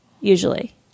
Usually